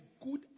good